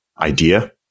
idea